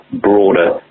broader